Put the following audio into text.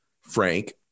Frank